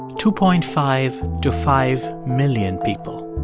two point five to five million people.